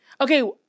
Okay